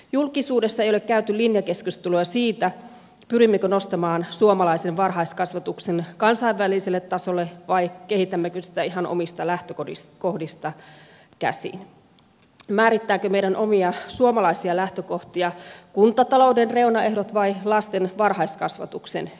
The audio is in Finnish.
julkisuudessa ei ole käyty linjakeskustelua siitä pyrimmekö nostamaan suomalaisen varhaiskasvatuksen kansainväliselle tasolle vai kehitämmekö sitä ihan omista lähtökohdista käsin määrittävätkö meidän omia suomalaisia lähtökohtia kuntatalouden reunaehdot vai lasten varhaiskasvatuksen kehittäminen